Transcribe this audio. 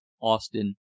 Austin